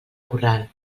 corral